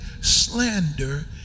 slander